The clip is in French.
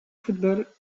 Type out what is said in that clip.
football